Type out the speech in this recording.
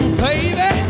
baby